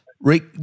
Rick